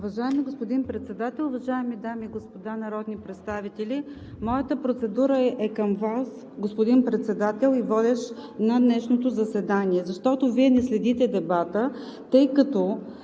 Уважаеми господин Председател, уважаеми дами и господа народни представители! Моята процедура е към Вас, господин Председател и водещ на днешното заседание, защото Вие не следите дебата, тъй като